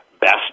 best